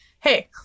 hey